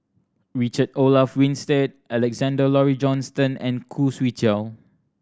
Richard Olaf Winstedt Alexander Laurie Johnston and Khoo Swee Chiow